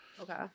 Okay